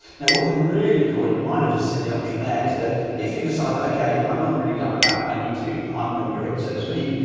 now what's really cool. and you might've just seen the option there is that if you decide that okay, i'm not really done with that. i need to unrender it so to speak.